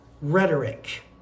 rhetoric